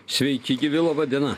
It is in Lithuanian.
sveiki gyvi laba diena